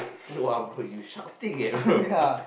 !wah! bro you shouting eh bro